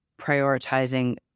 prioritizing